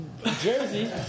Jersey